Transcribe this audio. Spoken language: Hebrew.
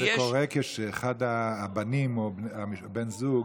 זה קורה כשאחד הבנים או בן הזוג,